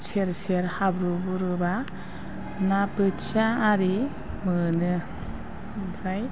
सेर सेर हाब्रु बुरोब्ला ना बोथिया आरि मोनो ओमफ्राय